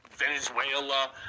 Venezuela